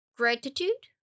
gratitude